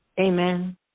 Amen